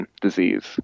disease